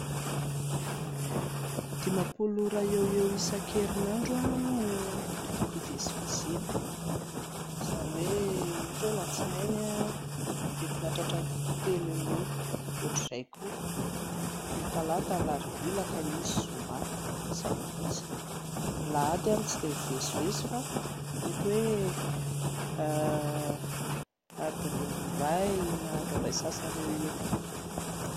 Dimampolo ora eo ho eo isan-kerinandro no hatokako hivezivezena, izany hoe ohatra hoe ny alatsinainy mety mahatratra adin'ny telo eo ho eo dia ohatran'izay koa ny talata, ny alarobia, ny alakamisy, ny zoma, asabotsy. Ny alahady aho no tsy dia mivezivezy fa mety hoe adin'ny iray na adin'ny iray sy sasany eo ho eo